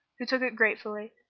who took it gratefully,